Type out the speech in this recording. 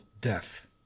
death